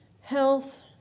health